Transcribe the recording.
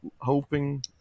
hoping